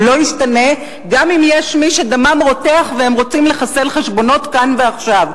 הוא לא ישתנה גם אם יש מי שדמם רותח והם רוצים לחסל חשבונות כאן ועכשיו.